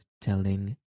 telling